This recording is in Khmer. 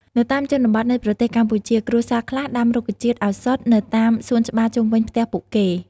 នៅតាមជនបទនៃប្រទេសកម្ពុជា គ្រួសារខ្លះដាំរុក្ខជាតិឱសថនៅតាមសួនច្បារជុំវិញផ្ទះពួកគេ។